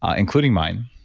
ah including mine.